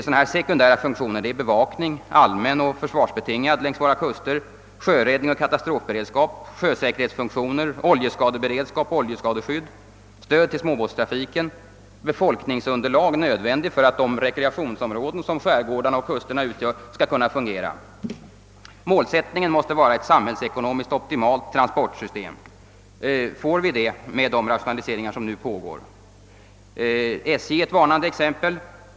Sådana sekundära funktioner är t.ex. bevakning — allmän och försvarsbetingad — längs våra kuster, sjöräddning och katastrofberedskap, sjösäkerhetsfunktioner, oljeskadeberedskap, oljeskadeskydd, stöd till småbåtstrafiken. Det är också nödvändigt att det finns ett sådant befolkningsunderlag i våra kustoch skärgårdsområden att de kan fungera som rekreationsområden. Målsättningen måste vara ett samhällsekonomiskt optimalt transportsystem. Får vi det med de rationaliseringar som nu pågår? Statens järnvägar är ett varnande exempel.